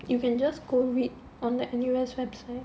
you can just go read on the N_U_S website